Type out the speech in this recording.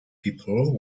people